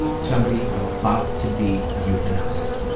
somebody about to be euthanized,